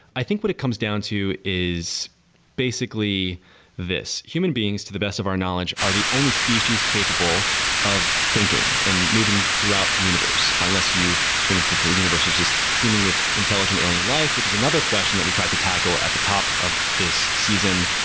i think what it comes down to is basically this human beings to the best of our knowledge are the only species capable of thinking and moving throughout the universe. unless you think that the universe is just teeming with intelligent alien life, which is another question that we tried to tackle at the top of this season.